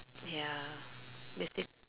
ya basic